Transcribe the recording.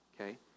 okay